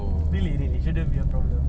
really really shouldn't be a problem